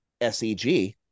SEG